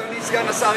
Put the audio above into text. אדוני סגן השר,